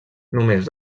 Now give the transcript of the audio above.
només